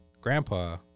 grandpa